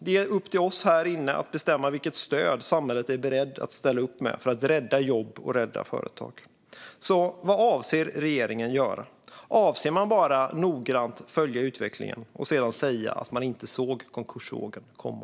Det är upp till oss i den här kammaren att bestämma vilket stöd samhället är berett att ställa upp med för att rädda jobb och företag. Så vad avser regeringen att göra? Avser man att bara noggrant följa utvecklingen och sedan säga att man inte såg konkursvågen komma?